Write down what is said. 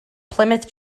plymouth